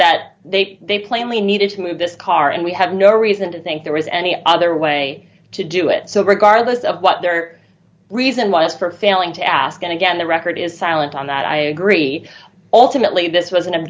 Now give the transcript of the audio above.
that they they plainly needed to move this car and we had no reason to think there was any other way to do it so regardless of what their reason was for failing to ask it again the record is silent on that i agree ultimately this was